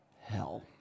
hell